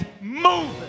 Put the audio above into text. moving